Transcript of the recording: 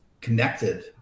connected